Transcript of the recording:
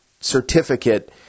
certificate